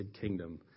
kingdom